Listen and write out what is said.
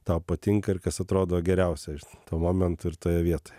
tau patinka ir kas atrodo geriausia iš to momento ir toje vietoj